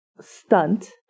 stunt